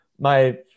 my-